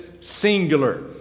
singular